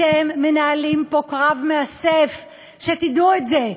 אתם מנהלים פה קרב מאסף, שתדעו את זה.